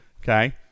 Okay